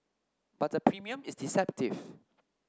but the premium is deceptive